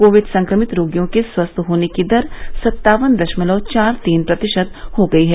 Covid संक्रमित रोगियों के स्वस्थ होने की दर सत्तावन दशमलव चार तीन प्रतिशत हो गई है